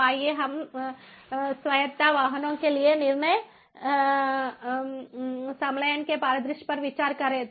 तो आइए हम स्वायत्त वाहनों के लिए निर्णय संलयन के परिदृश्य पर विचार करें